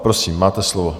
Prosím, máte slovo.